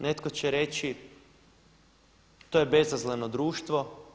Netko će reći to je bezazleno društvo.